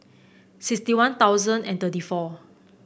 sixty One Thousand and thirty four